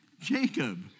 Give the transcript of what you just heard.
Jacob